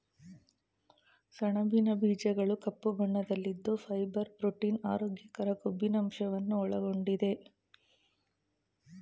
ಸಣಬಿನ ಬೀಜಗಳು ಕಪ್ಪು ಬಣ್ಣದಲ್ಲಿದ್ದು ಫೈಬರ್, ಪ್ರೋಟೀನ್, ಆರೋಗ್ಯಕರ ಕೊಬ್ಬಿನಂಶವನ್ನು ಒಳಗೊಂಡಿದೆ